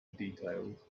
details